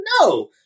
No